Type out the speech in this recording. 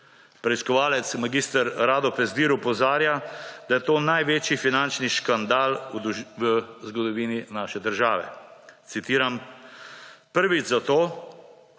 Preiskovalec mag. Rado Pezdir opozarja, da je to največji finančni škandal v zgodovini naše države, citiram: »Prvič zato,